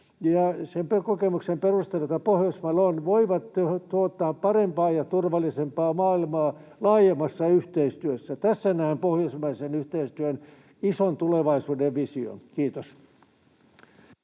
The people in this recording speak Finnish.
sen kokemuksen perusteella, jota pohjoismailla on, voivat tuottaa parempaa ja turvallisempaa maailmaa laajemmassa yhteistyössä. Tässä näen pohjoismaisen yhteistyön ison tulevaisuuden vision. — Kiitos.